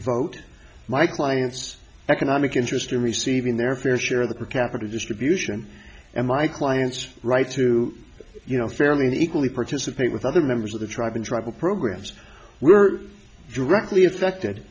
vote my client's economic interest in receiving their fair share of the per capita distribution and my client's rights to you know fairly equally participate with other members of the tribe in tribal programs were directly affected